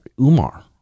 Umar